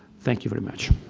thank you very much.